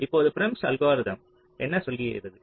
இப்போது Prim's algorithm Prim's algorithm என்ன செய்கிறது